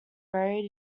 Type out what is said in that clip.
buried